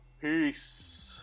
Peace